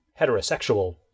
heterosexual